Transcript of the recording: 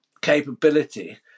capability